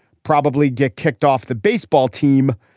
probably get kicked off the baseball team.